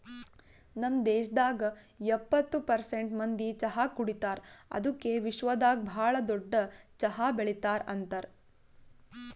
ನಮ್ ದೇಶದಾಗ್ ಎಪ್ಪತ್ತು ಪರ್ಸೆಂಟ್ ಮಂದಿ ಚಹಾ ಕುಡಿತಾರ್ ಅದುಕೆ ವಿಶ್ವದಾಗ್ ಭಾಳ ದೊಡ್ಡ ಚಹಾ ಬೆಳಿತಾರ್ ಅಂತರ್